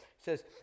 says